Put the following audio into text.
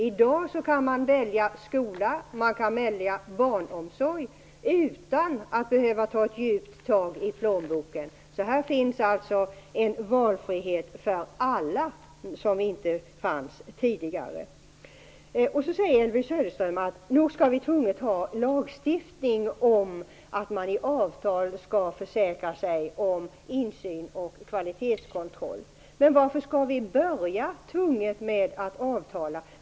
I dag kan man välja skola och barnomsorg utan att behöva ta ett djupt tag i plånboken. Här finns alltså en valfrihet för alla, något som inte fanns tidigare. Elvy Söderström säger: Nog skall vi tvunget ha lagstiftning om att man i avtal skall försäkra sig om insyn och kvalitetskontroll. Men varför skall vi behöva börja med att avtala?